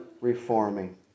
reforming